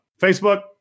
Facebook